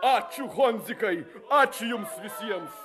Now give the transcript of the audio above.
ačiū honzikai ačiū jums visiems